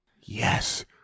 Yes